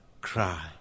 cry